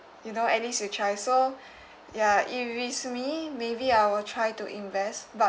you know at least you try so ya if it's me maybe I will try to invest but